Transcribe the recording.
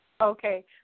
Okay